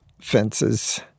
fences